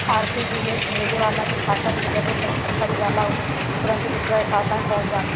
RTGS भेजे वाला के खाता से जबे पईसा कट जाला उ तुरंते दुसरा का खाता में पहुंच जाला